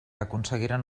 aconseguiren